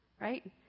right